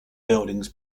buildings